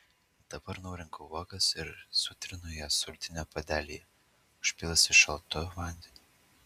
dabar nurenku uogas ir sutrinu jas sultinio puodelyje užpylusi šaltu vandeniu